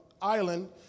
island